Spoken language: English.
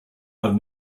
have